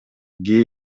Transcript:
гей